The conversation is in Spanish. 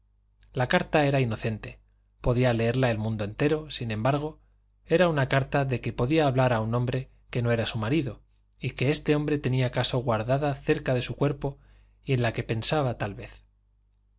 la carta era inocente podía leerla el mundo entero sin embargo era una carta de que podía hablar a un hombre que no era su marido y que este hombre tenía acaso guardada cerca de su cuerpo y en la que pensaba tal vez